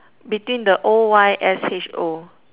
between the O_Y_S_H_O